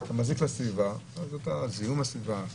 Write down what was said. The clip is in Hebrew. אתה מזיק לסביבה, זיהום הסביבה,